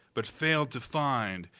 but failed to find,